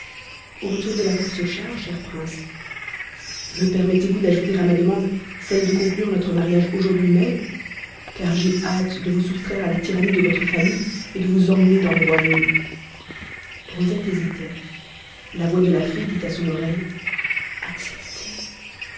au retour de la course aux chars cher prince me permettrez-vous d'ajouter à ma demande celle de conclure notre mariage aujourd'hui même car j'ai hâte de vous soustraire à la tyrannie de votre famille et de vous emmener dans mon royaume rosette hésitait la voix de la fée dit à son oreille acceptez